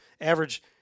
Average –